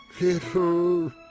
Little